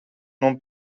non